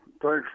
Thanks